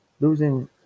losing